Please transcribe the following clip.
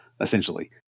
essentially